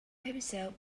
himself